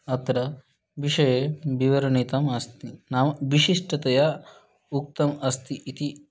अत्र विषये विवरणितम् अस्ति नाम विशिष्टतया उक्तम् अस्ति इति